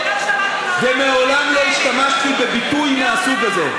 ומעולם לא השתמשתי בביטוי מהסוג הזה.